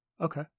Okay